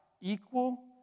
equal